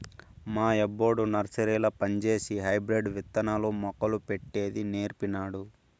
మా యబ్బొడు నర్సరీల పంజేసి హైబ్రిడ్ విత్తనాలు, మొక్కలు పెట్టేది నీర్పినాడు